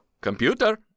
computer